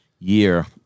Year